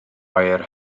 oer